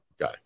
guy